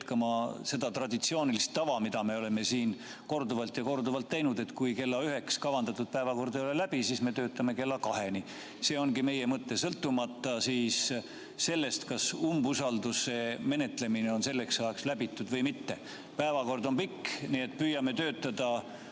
seda traditsioonilist tava, nagu me oleme siin korduvalt ja korduvalt teinud, et kui kella üheks ei ole kavandatud päevakord läbi, siis me töötame kella kaheni. See ongi meie mõte, sõltumata sellest, kas umbusalduse menetlemine on selleks ajaks läbi või mitte. Päevakord on pikk, nii et püüame töötada